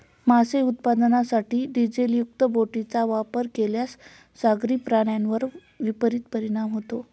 मासे उत्पादनासाठी डिझेलयुक्त बोटींचा वापर केल्यास सागरी प्राण्यांवर विपरीत परिणाम होतो